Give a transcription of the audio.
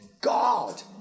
God